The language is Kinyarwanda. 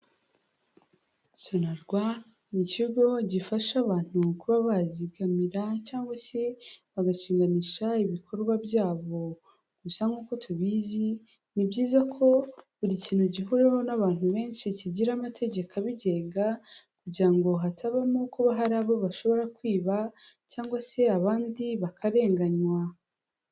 Sonarwa, ni ikigo gifasha abantu kuba bazigamira cyangwa se bagashinganisha ibikorwa byabo, gusa nkuko tubizi, ni byiza ko buri kintu gihurihweho n'abantu benshi kigira amategeko abigenga, kugira ngo hatabamo kuba hari abo bashobora kwiba, cyangwa se abandi bakarenganywa.